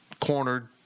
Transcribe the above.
cornered